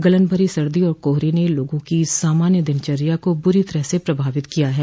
गलन भरी सर्दी और काहरे ने लोगों की सामान्य दिनचर्या को बुरी तरह से प्रभावित किया है